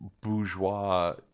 bourgeois